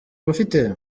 bafite